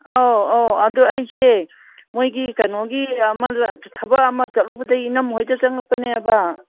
ꯑꯧ ꯑꯧ ꯑꯗꯣ ꯑꯩꯁꯦ ꯃꯣꯏꯒꯤ ꯀꯩꯅꯣꯒꯤ ꯑꯃ ꯊꯕꯛ ꯑꯃ ꯆꯠꯂꯨꯕꯗꯩ ꯏꯅꯝꯃ ꯍꯣꯏꯗ ꯆꯪꯉꯛꯄꯅꯦꯕ